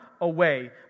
away